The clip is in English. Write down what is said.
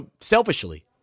selfishly